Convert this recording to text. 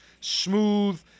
smooth